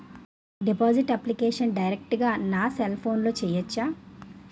Deposit application direct గా నా cell ఫోన్లో చెయ్యచా?